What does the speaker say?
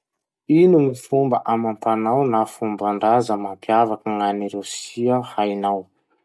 Ino gny fomba amam-panao na fomban-draza mampiavaky gn'any Rosia hainao?